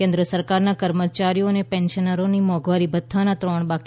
કેન્દ્ર સરકારના કર્મચારીઓ અને પેન્શનરોના મોંઘવારી ભથ્થાનાં ત્રણ બાકી